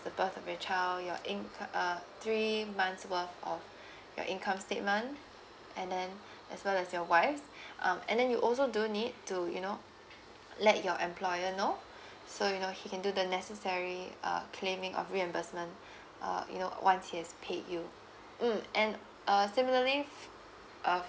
the birth of your child your inco~ uh three months worth of your income statement and then as well as your wife's um and then you also do need to you know let your employer no so you know he can do the necessary uh claiming of reimbursement uh you know uh once he has paid you mm and uh similarly f~ uh